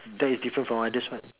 that is different from others [what]